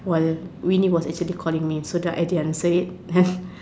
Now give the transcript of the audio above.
while Winnie was actually calling me so that I didn't answer it have